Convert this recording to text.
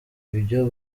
ibyo